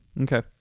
Okay